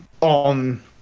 on